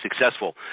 successful